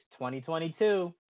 2022